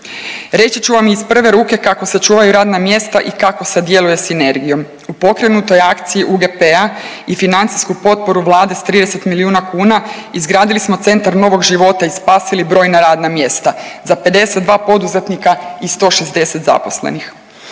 Reći ću vam i iz prve ruke kako se čuvaju radna mjesta i kako se djeluje sinergijom. U pokrenutoj akciji UGP-a i financijsku potporu Vlade s 30 miliona kuna izgradili smo centra novog života i spasili brojna radna mjesta za 52 poduzetnika i 160 zaposlenih.